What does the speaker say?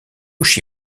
chi